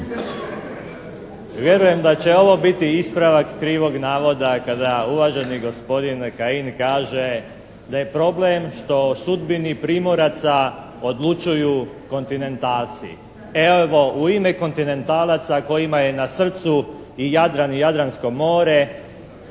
Vjerujem da će ovo biti ispravak krivog navoda kada uvaženi gospodin Kajin kaže da je problem što o sudbini primoraca odlučuju kontinentalci. Evo u ime kontinentalaca kojima je na srcu i Jadran i Jadransko more,